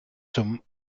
zum